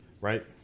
right